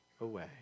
away